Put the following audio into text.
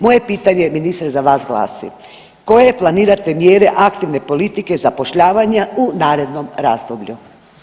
Moje pitanje ministre za vas glasi, koje planirate mjere aktivne politike zapošljavanja u narednom razdoblju?